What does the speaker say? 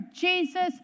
Jesus